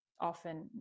often